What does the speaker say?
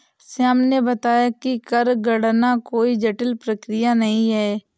श्याम ने बताया कि कर गणना कोई जटिल प्रक्रिया नहीं है